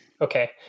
Okay